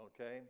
okay